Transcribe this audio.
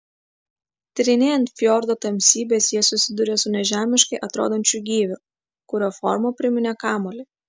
tyrinėjant fjordo tamsybes jie susidūrė su nežemiškai atrodančiu gyviu kurio forma priminė kamuolį